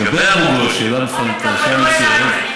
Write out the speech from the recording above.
באתי לסייע לו בעניין אבו גוש.